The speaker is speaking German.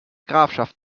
grafschaft